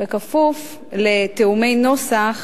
בכפוף לתיאומי נוסח